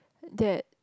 that